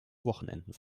wochenenden